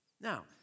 Now